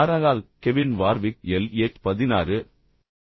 யாரால் Kevin Warwick L H 16